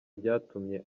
ryatumye